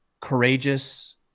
courageous